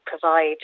provide